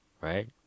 Right